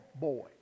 boy